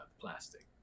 plastic